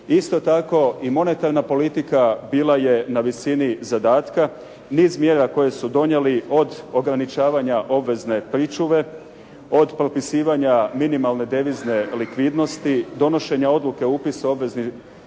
Isto tako i monetarna politika bila je na visini zadatka. Niz mjera koje su donijeli od ograničavanja obvezne pričuve, od propisivanja minimalne devizne likvidnosti, donošenja odluke o upisu obveznih